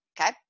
Okay